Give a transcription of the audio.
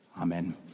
amen